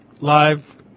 live